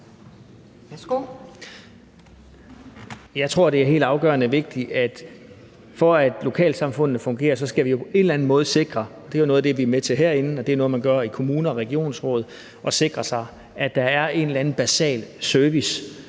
Jeg tror, det er helt afgørende vigtigt, at for at lokalsamfundene fungerer, skal vi på en eller anden måde sikre – det er jo noget af det, vi er med til herinde, og det er noget, man gør i kommuner og regionsråd – at der er en eller anden basal service